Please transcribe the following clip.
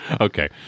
Okay